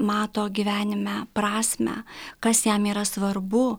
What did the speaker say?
mato gyvenime prasmę kas jam yra svarbu